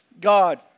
God